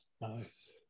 Nice